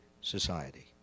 society